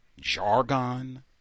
Jargon